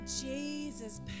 Jesus